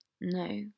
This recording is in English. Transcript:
No